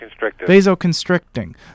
Vasoconstricting